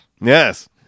Yes